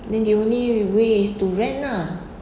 then the only way is to rent lah